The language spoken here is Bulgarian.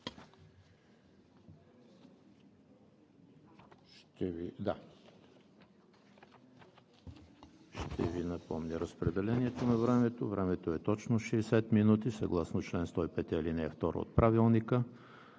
Ще Ви напомня разпределението на времето. Времето е точно 60 минути. Съгласно чл. 105, ал. 2 от Правилника